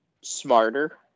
smarter